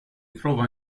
trova